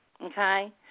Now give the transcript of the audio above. Okay